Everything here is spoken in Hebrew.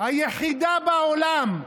היחידה בעולם,